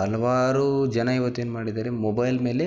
ಹಲವಾರು ಜನ ಇವತ್ತೇನು ಮಾಡಿದ್ದಾರೆ ಮೊಬೈಲ್ ಮೇಲೆ